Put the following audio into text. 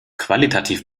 qualitativ